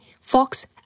Fox